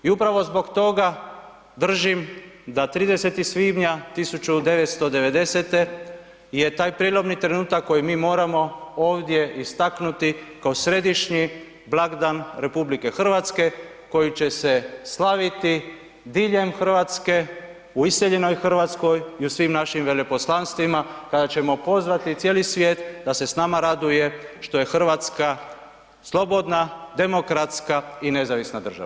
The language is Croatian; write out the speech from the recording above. I upravo zbog toga držim da 30. svibnja 1990. je taj prijelomni trenutak koji mi moramo ovdje istaknuti kao središnji blagdan RH koji će se slaviti diljem Hrvatske, u iseljenoj Hrvatskoj i u svim našim veleposlanstvima, kada ćemo pozvati cijeli svijet da se s nama raduje što je Hrvatska slobodna, demokratska i nezavisna država.